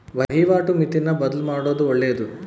ವಹಿವಾಟು ಮಿತಿನ ಬದ್ಲುಮಾಡೊದು ಒಳ್ಳೆದು